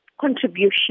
contribution